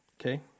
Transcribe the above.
Okay